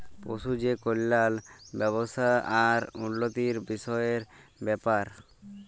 পশু যে কল্যাল ব্যাবস্থা আর উল্লতির বিষয়ের ব্যাপার